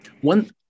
One –